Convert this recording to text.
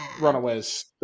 Runaways